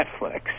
Netflix